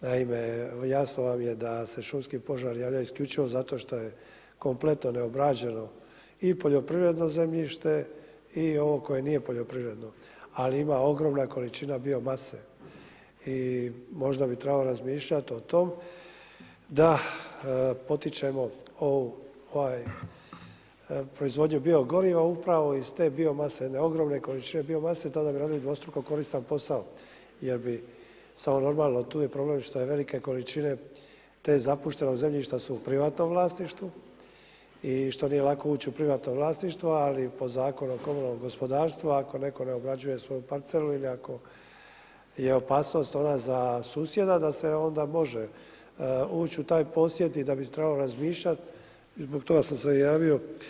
Naime, jasno vam je da se šumski požari javljaju isključivo zato što je kompletno neobrađeno i poljoprivredno zemljišta i ovo koje nije poljoprivredno, ali ima ogromna količina bio mase i možda bi trebalo razmišljati o tome, da potičemo proizvodnju bio goriva, upravo iz bio mase, jedne ogromne količine bio mase, tada bi radili dvostruko koristan posao, jer bi, samo normalno tu je problem što je velike količine, te zapuštenog zemljišta su u privatnom vlasništvu i što nije lako ući u privatno vlasništvo ali po Zakonu o komunalnom gospodarstvu, ako netko ne obrađuje svoju parcelu ili ako je opasnost ona za susjeda, da se onda može ući u taj posjed i da bi se trebalo razmišljati i zbog toga sam se i javio.